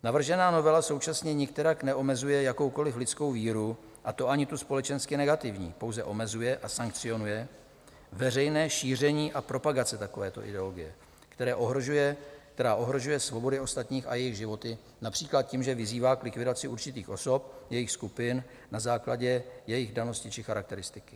Navržená novela současně nikterak neomezuje jakoukoliv lidskou víru, a to ani tu společensky negativní, pouze omezuje a sankcionuje veřejné šíření a propagaci takovéto ideologie, která ohrožuje svobody ostatních a jejich životy například tím, že vyzývá k likvidaci určitých osob, jejich skupin na základě jejich danosti či charakteristiky.